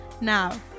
Now